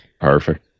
Perfect